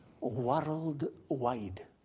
worldwide